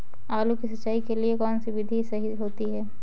आलू की सिंचाई के लिए कौन सी विधि सही होती है?